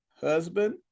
Husband